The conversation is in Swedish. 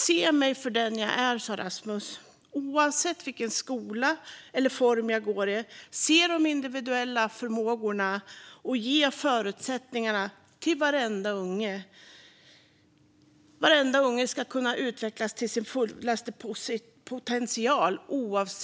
Se mig för den jag är, sa Rasmus. Oavsett vilken skola eller skolform jag går i, se de individuella förmågorna. Och ge varenda unge förutsättningar att utvecklas till sin fullaste potential.